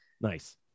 nice